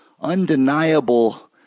undeniable